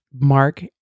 Mark